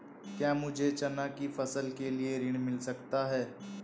क्या मुझे चना की फसल के लिए ऋण मिल सकता है?